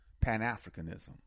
Pan-Africanism